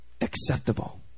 acceptable